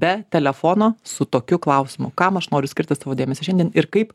be telefono su tokiu klausimu kam aš noriu skirti savo dėmesį šiandien ir kaip